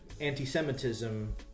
anti-Semitism